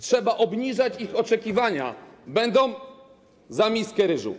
Trzeba obniżać ich oczekiwania, będą (...) za miskę ryżu.